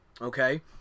okay